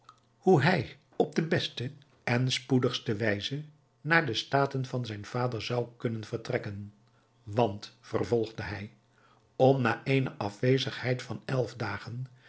hoe hij op de beste en spoedigste wijze naar de staten van zijn vader zou kunnen vertrekken want vervolgde hij om na eene afwezigheid van elf dagen